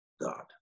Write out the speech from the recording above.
God